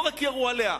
לא רק שירו עליה,